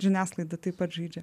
žiniasklaida taip pat žaidžia